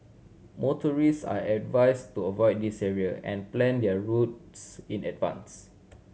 motorist are advised to avoid these area and plan their routes in advance